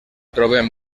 trobem